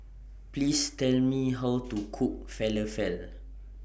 Please Tell Me How to Cook Falafel